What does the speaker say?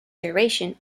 duration